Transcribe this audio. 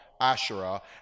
Asherah